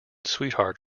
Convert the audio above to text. sweetheart